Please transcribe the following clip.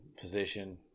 position